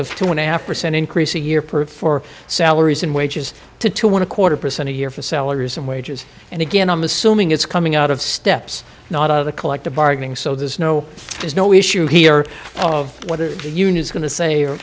of two and a half percent increase a year per for salaries and wages to two want a quarter percent a year for salaries and wages and again i'm assuming it's coming out of steps not of the collective bargaining so there's no there's no issue here of whether the union is going to say or